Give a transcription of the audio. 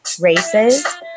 races